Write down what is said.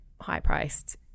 high-priced